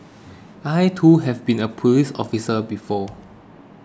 I too have been a police officer before